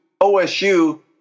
OSU